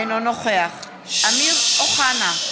אינו נוכח אמיר אוחנה,